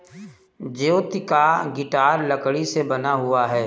ज्योति का गिटार लकड़ी से बना हुआ है